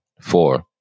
four